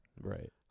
Right